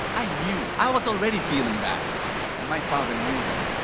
i knew i was already feeling bad and my father knew that,